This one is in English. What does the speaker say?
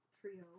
trio